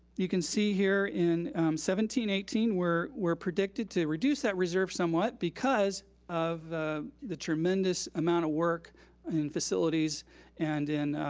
you can see here in seventeen eighteen, we're we're predicted to reduce that reserve somewhat because of the tremendous amount of work and in facilities and in